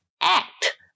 act